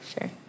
Sure